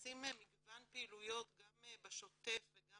ונעשות מגוון פעילויות גם בשוטף וגם